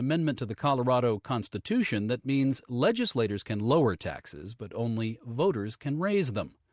amendment to the colorado constitution that means legislators can lower taxes but only voters can raise them.